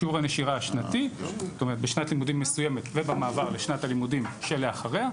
שיעור הנשירה השנתי בשנת לימודים מסוימת ובמעבר לשנת הלימודים שלאחריה,